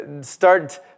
start